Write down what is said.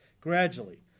gradually